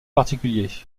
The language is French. particulier